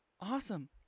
awesome